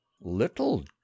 Little